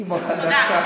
ואימא חדשה.